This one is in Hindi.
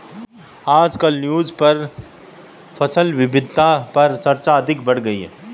आजकल न्यूज़ में फसल विविधता पर चर्चा अधिक बढ़ गयी है